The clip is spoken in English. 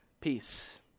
peace